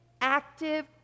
active